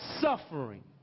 suffering